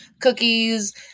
cookies